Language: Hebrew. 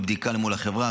מבדיקה מול החברה,